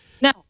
no